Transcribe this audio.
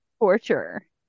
torture